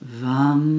vam